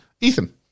Ethan